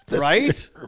Right